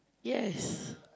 yes